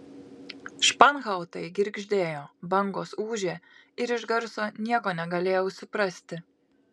španhautai girgždėjo bangos ūžė ir iš garso nieko negalėjau suprasti